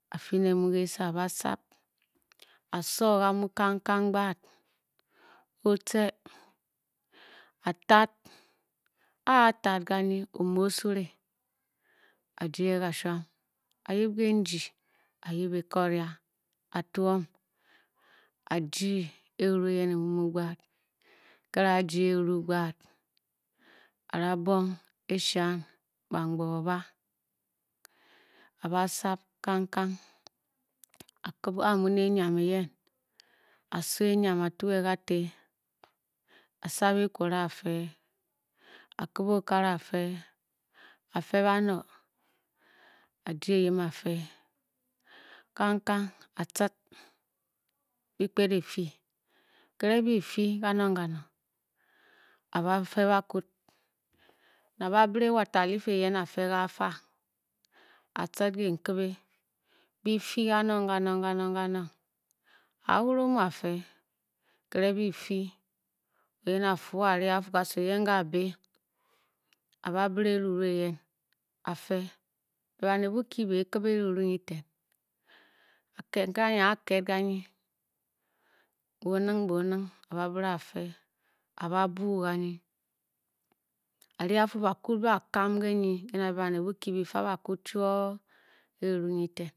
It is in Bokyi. A-fi ne mu kese a-ba sab, a-so gamu kangkang gbad. a-tad a a-tad kange, omu o-sure a-jie kashuam a-yip keryii a-yip ekoria a-twom. a-jyi enuru eyen. emu mu gbad nkere a-jyi eruru gbad a-da bong e-shuian bangbogiba, a-ba sab kankang a-a muu ne enyiam eyen, a-so enyiam a-tu ge gàté a-sab ekwore a-fe a-kibè okare a-fe, a-fe bano, a-jyi eyim a-fe kangkang a-tcid bi kped e-fii, nkere byi fii kanong kanong, a-ba-fe bakwud na a ba bire water leaf eyen a-fe ga fa, atcid kehnkibe bi-fii kanong kanong kanong kanong kanong a-a wure omu afe, kireng bi-fii wo yen afuo a-re a-fu kasu eyen ka-a bě, a-ba bìrě eruru eyen a-fe bě baned bokye bě bei kibě erune nyi ten, a-ked kanyi, a-a ked kanyi bo-o nig bo-onig, a-ba bire a-fe, a-ba boo ganyi, a-ri a-fu bakwud ba-a kam ke-nyi ke na bě bàné bokyi bi-fa bakwud chuo ke eruru nyi ten